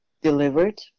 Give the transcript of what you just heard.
delivered